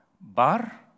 Bar